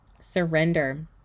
surrender